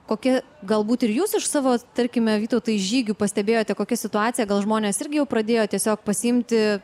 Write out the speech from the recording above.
kokie galbūt ir jūs iš savo tarkime vytautai žygių pastebėjote kokia situacija gal žmonės irgi jau pradėjo tiesiog pasiimti